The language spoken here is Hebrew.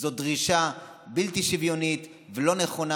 זו דרישה בלתי שוויונית ולא נכונה,